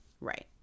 Right